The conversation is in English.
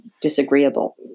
disagreeable